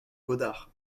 godard